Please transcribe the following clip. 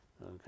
okay